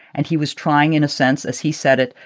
and he was trying, in a sense, as he said it,